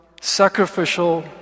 sacrificial